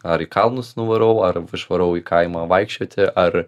ar į kalnus nuvarau ar išvarau į kaimą vaikščioti ar